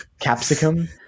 Capsicum